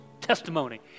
testimony